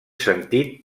sentit